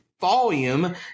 volume